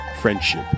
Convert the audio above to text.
Friendship